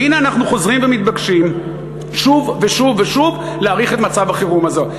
והנה אנחנו חוזרים ומתבקשים שוב ושוב ושוב להאריך את מצב החירום הזה.